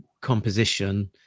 composition